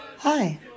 Hi